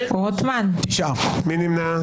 מי נמנע?